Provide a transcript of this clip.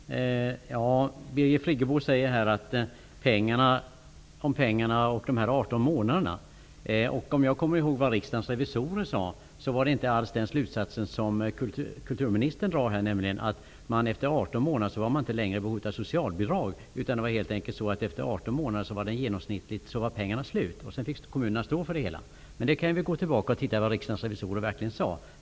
Herr talman! Birgit Friggebo talar här om pengarna och de 18 månaderna. Om jag rätt kommer ihåg vad riksdagens revisorer sade drog de inte alls den slutsatsen kulturministern här drar, nämligen att dessa människor efter 18 månader inte längre var i behov av socialbidrag. Det var helt enkelt så att efter genomsnittligt 18 månader var pengarna slut, och sedan fick kommunerna stå för det hela. Vi kan gå tillbaka och titta vad riksdagens revisorer verkligen sade.